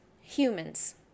humans